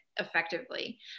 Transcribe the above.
effectively